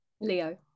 Leo